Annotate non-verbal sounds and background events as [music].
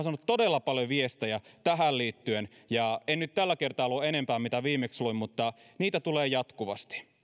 [unintelligible] saanut todella paljon viestejä tähän liittyen ja en nyt tällä kertaa lue enempää mitä viimeksi luin mutta niitä tulee jatkuvasti